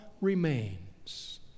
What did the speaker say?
Remains